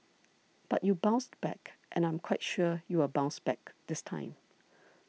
but you bounced back and I'm quite sure you will bounce back this time